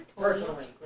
personally